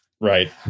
right